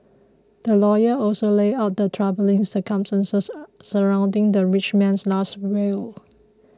the lawyer also laid out the troubling circumstances surrounding the rich man's Last Will